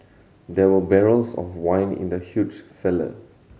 there were barrels of wine in the huge cellar